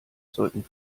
sollten